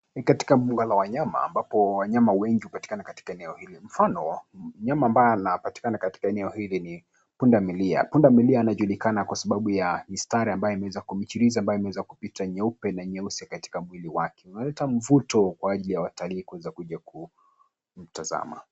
Ni katika mbuga la wanyama ambapo wanyama wengi hupatikana katika eneo hili. Mfano, mnyama ambaye anapatikana katika eneo hili ni punda milia. Punda milia anajulikana kwa sababu ya mistari ambayo imeweza kumchiriza, ambayo imeweza kupita nyeupe na nyeusi katika mwili wake. Umeleta mvuto kwa ajili wa watalii kuweza kuja kumtazama.